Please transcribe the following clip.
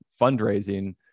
fundraising